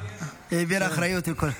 העביר אחריות עם כל,